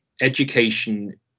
education